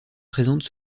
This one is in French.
présente